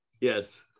Yes